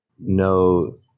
No